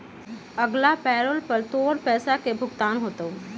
अगला पैरोल पर तोर पैसे के भुगतान होतय